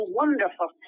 wonderful